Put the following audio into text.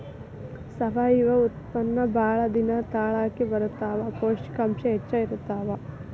ಸಾವಯುವ ಉತ್ಪನ್ನಾ ಬಾಳ ದಿನಾ ತಾಳಕಿ ಬರತಾವ, ಪೌಷ್ಟಿಕಾಂಶ ಹೆಚ್ಚ ಇರತಾವ